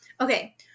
Okay